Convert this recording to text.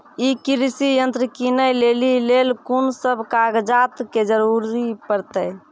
ई कृषि यंत्र किनै लेली लेल कून सब कागजात के जरूरी परतै?